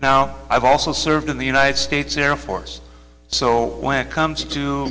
now i've also served in the united states air force so when it comes to